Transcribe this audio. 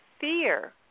fear